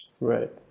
Right